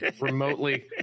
remotely